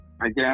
again